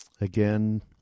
Again